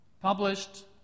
published